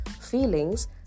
feelings